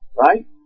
right